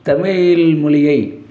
தமிழ் மொழியை